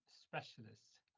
specialists